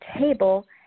table